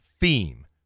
theme